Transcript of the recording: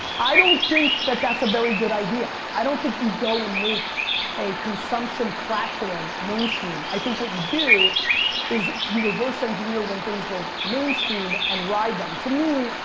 i don't think that's a very good idea. i don't think you go and make a consumption platform mainstream. i think what you do is you reverse engineer when things go mainstream and ride them. to me,